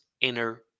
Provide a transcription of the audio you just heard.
inner